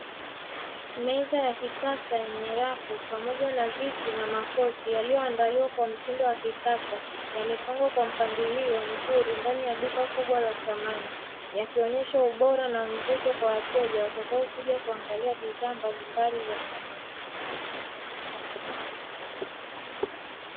Meza ya kisasa yenye rafu pamoja na viti na makochi yaliyoandaliwa kwa mtindo wa kisasa yamepangwa kwa mpangilio mzuri ndani ya duka kubwa la samani yakionyesha ubora na mvuto kwa wateja watakaokuja kuangalia bidhaa mbalimbali za samani.